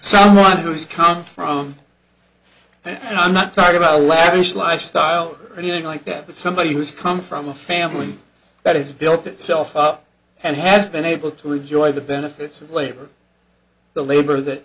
someone who's come from i'm not talking about a lavish lifestyle or anything like that but somebody who's come from a family that is built itself up and has been able to enjoy the benefits of labor